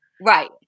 Right